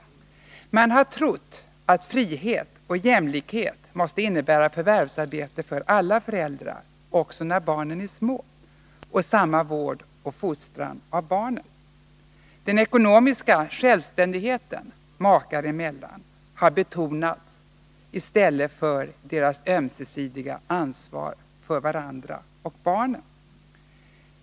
Man har trott att frihet och jämlikhet måste innebära förvärvsarbete för alla föräldrar, också när barnen är små, och samma vård och fostran av barnen. Den ekonomiska självständigheten makar emellan har betonats i stället för deras ömsesidiga ansvar för varandra och barnen.